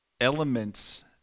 elements